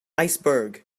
iceberg